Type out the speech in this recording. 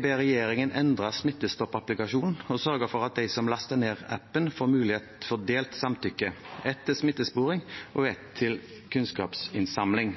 ber regjeringen endre Smittestopp-applikasjonen og sørge for at de som laster ned appen får mulighet til delt samtykke. Ett til smittesporing og ett til kunnskapsinnhenting.»